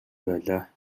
байлаа